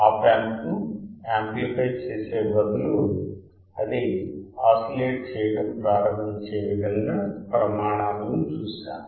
ఆప్ amp ను amplify చేసే బదులు అది ఆసిలేట్ చేయడం ప్రారంభించే విధంగా ప్రమాణాలను చూశాము